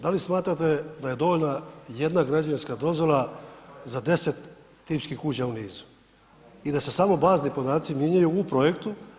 Da li smatrate da je dovoljna jedna građevinska dozvola za 10 tipskih kuća u nizu i da se samo bazni podaci mijenjaju u projektu?